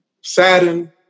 saddened